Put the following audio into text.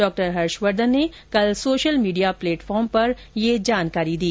doctor Harshvardhan ने कल social media platform पर यह जानकारी दी